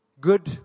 good